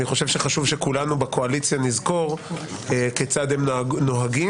אני חושב שחשוב שכולנו בקואליציה נזכור כיצד הם נוהגים.